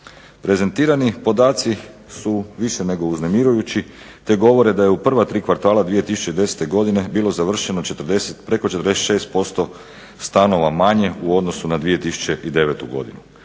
Prezentirani podaci su više nego uznemirujući, te govore da je u prva tri kvartala 2010. godine bilo završeno preko 46% stanova manje u odnosu na 2009. godinu.